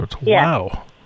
Wow